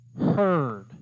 heard